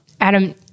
Adam